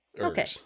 Okay